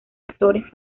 actores